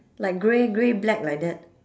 like grey grey black like that